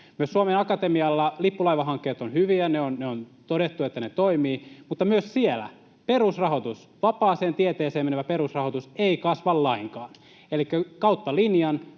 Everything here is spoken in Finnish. Myös Suomen Akatemian lippulaivahankkeet ovat hyviä. On todettu, että ne toimivat, mutta myöskään siellä perusrahoitus, vapaaseen tieteeseen menevä perusrahoitus, ei kasva lainkaan. Elikkä kautta linjan